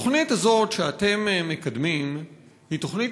התוכנית הזאת שאתם מקדמים היא תוכנית